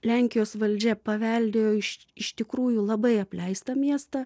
lenkijos valdžia paveldėjo iš iš tikrųjų labai apleistą miestą